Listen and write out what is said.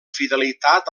fidelitat